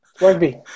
Rugby